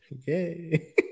Yay